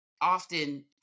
often